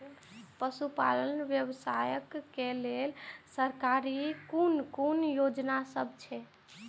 पशु पालन व्यवसाय के लेल सरकारी कुन कुन योजना सब छै?